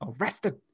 arrested